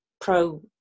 pro